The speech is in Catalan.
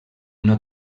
una